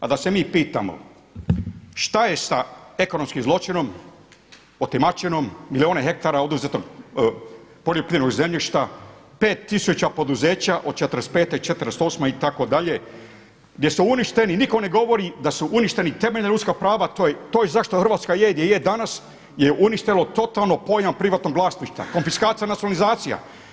A da se mi pitamo, šta je sa ekonomskim zločinom, otimačinom milijune hektara oduzetog poljoprivrednog zemljišta, 5 tisuća poduzeća od '45., '48. itd., gdje su uništeni i nitko ne govori da su uništeni temeljna ljudska prava, to je zašto Hrvatska je gdje je danas, je uništilo totalno pojam privatnog vlasništva, konfiskacija, nacionalizacija.